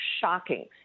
shocking